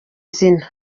zina